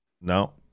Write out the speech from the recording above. no